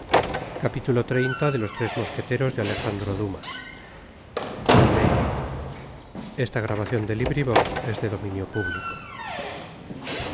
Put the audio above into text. hicieron los tres mosqueteros mas